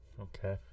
Okay